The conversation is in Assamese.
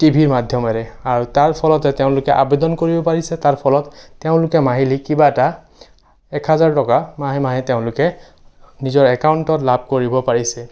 টিভিৰ মাধ্যমেৰে আৰু তাৰ ফলতে তেওঁলোকে আবেদন কৰিব পাৰিছে তাৰ ফলত তেওঁলোকে মাহিলী কিবা এটা এক হাজাৰ টকা মাহে মাহে তেওঁলোকে নিজৰ একাউণ্টত লাভ কৰিব পাৰিছে